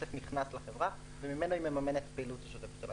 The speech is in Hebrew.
הכסף נכנס לחברה וממנו היא מממנת את הפעילות השוטפת שלה.